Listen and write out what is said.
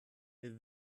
wir